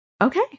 Okay